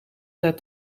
het